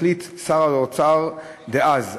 החליט שר האוצר דאז,